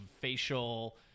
facial